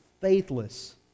faithless